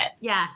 Yes